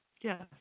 Yes